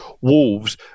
Wolves